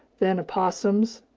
then opossums,